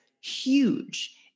huge